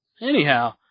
anyhow